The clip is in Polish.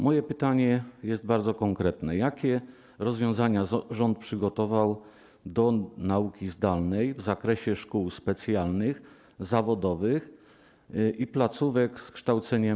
Moje pytanie jest bardzo konkretne: Jakie rozwiązania rząd przygotował do nauki zdalnej w zakresie szkół specjalnych, zawodowych i placówek z kształceniem ustawicznym?